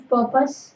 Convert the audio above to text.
Purpose